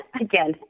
again